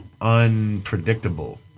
unpredictable